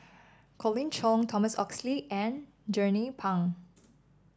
Colin Cheong Thomas Oxley and Jernnine Pang